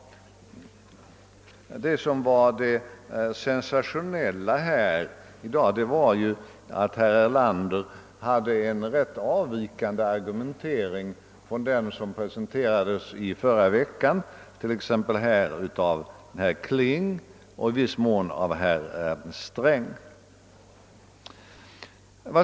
Det sensationella i dag var att herr Erlander hade en rätt avvikande argumentering jämförd med den som presenterades i förra veckan av t.ex. herr Kling och i viss mån av herr Sträng.